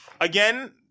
again